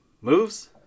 Moves